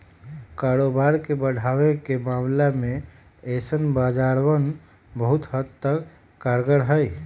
कारोबार के बढ़ावे के मामले में ऐसन बाजारवन बहुत हद तक कारगर हई